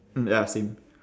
ya same